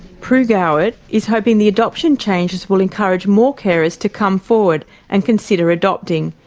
pru goward is hoping the adoption changes will encourage more carers to come forward and consider adopting.